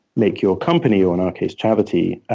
make your company, or in our case, charity,